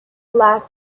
lack